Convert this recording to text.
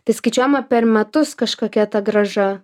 tai skaičiuojama per metus kažkokia ta grąža